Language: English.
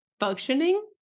functioning